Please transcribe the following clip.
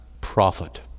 prophet